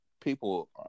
people